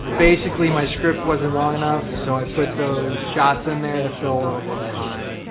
basically my script wasn't long enough so i put those shots in there to fill a little bit of time.